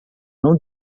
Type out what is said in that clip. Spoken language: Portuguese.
não